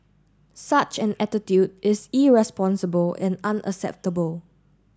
such an attitude is irresponsible and unacceptable